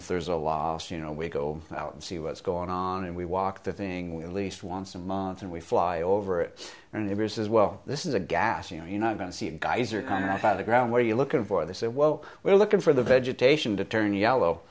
if there's a las you know we go out and see what's going on and we walk the thing we at least once a month and we fly over it and if you says well this is a gas you know you're not going to see guys are kind of had the ground where you're looking for they say well we're looking for the vegetation to turn yellow